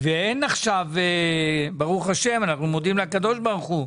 אין עכשיו, ברוך השם, קורונה.